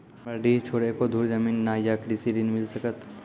हमरा डीह छोर एको धुर जमीन न या कृषि ऋण मिल सकत?